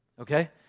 Okay